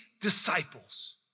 disciples